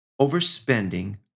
overspending